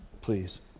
Please